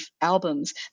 albums